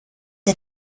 der